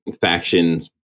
factions